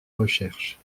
recherches